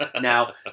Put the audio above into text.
Now